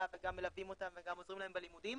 וגם מלווים אותם וגם עוזרים להם בלימודים,